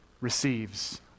receives